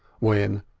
when,